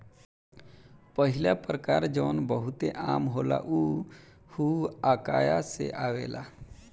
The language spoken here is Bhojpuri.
पहिला प्रकार जवन बहुते आम होला उ हुआकाया से आवेला